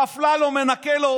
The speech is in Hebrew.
ואפללו מנקה לו